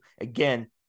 Again